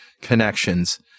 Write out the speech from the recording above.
connections